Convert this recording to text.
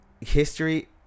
history